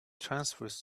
transverse